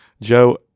Joe